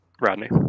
Rodney